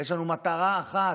יש לנו מטרה אחת.